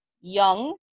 young